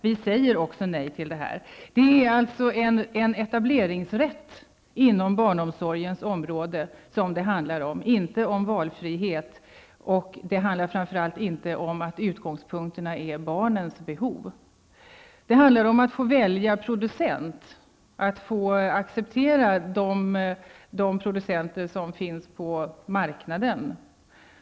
Vi säger också nej till det här. Det handlar alltså om en etableringsrätt inom barnomsorgsområdet och inte om valfrihet. Framför allt handlar det inte om att det är barnens behov som är utgångspunkten. Det handlar om att få välja producent och att acceptera de producenter som finns på marknaden.